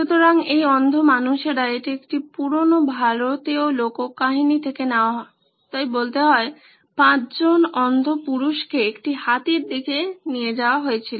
সুতরাং এই অন্ধ মানুষেরা এটি একটি পুরানো ভারতীয় লোককাহিনী থেকে নেওয়া তাই বলতে হয় 5 জন অন্ধ পুরুষকে একটি হাতির দিকে নিয়ে যাওয়া হয়েছিল